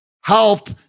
help